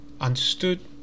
understood